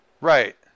Right